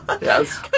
Yes